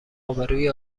آبروی